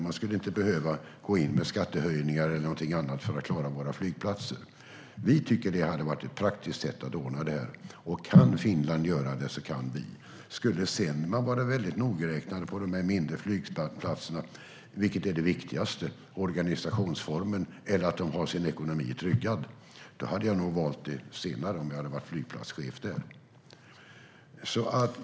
Man skulle inte behöva gå in med skattehöjningar eller någonting annat för att klara våra flygplatser. Vi tycker att det hade varit ett praktiskt sätt att ordna detta, och kan Finland göra det så kan vi. Skulle vi sedan vara väldigt nogräknade när det gäller de mindre flygplatserna är frågan vilket som är viktigast - organisationsformen eller att de har sin ekonomi tryggad. Jag hade nog valt det senare om jag varit flygplatschef där.